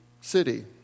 city